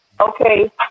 Okay